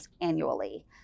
annually